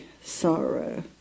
sorrow